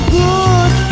good